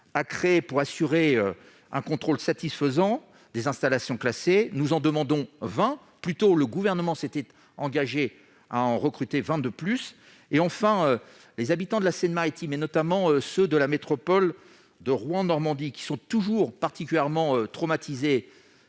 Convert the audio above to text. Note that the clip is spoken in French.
nécessaire pour assurer un contrôle satisfaisant des installations classées. Nous en demandons vingt. Ou plutôt, le Gouvernement s'était engagé à en recruter vingt de plus. Enfin, les habitants de la Seine-Maritime, notamment ceux de la métropole de Rouen Normandie, qui sont toujours particulièrement traumatisés